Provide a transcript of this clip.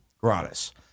Gratis